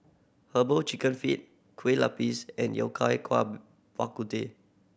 Herbal Chicken Feet Kueh Lupis and Yao Cai Bak Kut Teh